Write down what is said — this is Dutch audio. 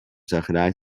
zagerij